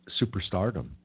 superstardom